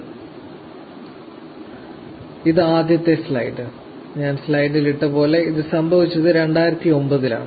slide സമയം 0042 ഇതാ ആദ്യത്തേത് ഞാൻ സ്ലൈഡിൽ ഇട്ടത് പോലെ അത് സംഭവിച്ചത് 2009 ലാണ്